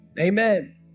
amen